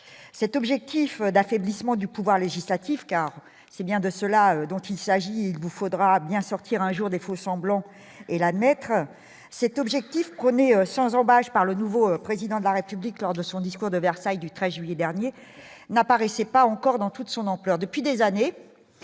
cet objectif d'affaiblissement du pouvoir législatif, car c'est bien de cela dont il s'agit, il vous faudra bien sortir un jour des faux-semblants et la mettre cet objectif connaît sans ambages par le nouveau président de la République lors de son discours de Versailles du 13 juillet dernier n'apparaissait pas encore dans toute son ampleur